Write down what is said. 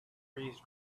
freeze